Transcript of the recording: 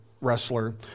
wrestler